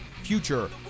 future